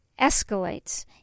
escalates